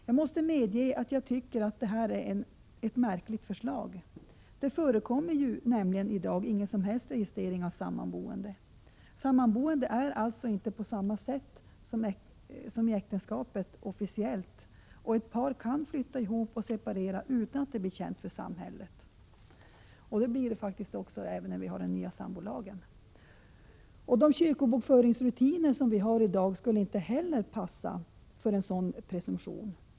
Jag måste medge att det är ett märkligt förslag. Det förekommer ju i dag ingen som helst registrering av sammanboende. Sammanboende är alltså inte på samma sätt som äktenskapet officiellt, och ett par kan flytta ihop och separera utan att det blir känt för samhället. Så blir det även sedan den nya sambolagen trätt i kraft. De kyrkobokföringsrutiner som vi har i dag skulle inte heller passa för en sådan presumtion.